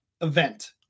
event